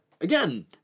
again